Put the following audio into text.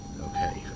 Okay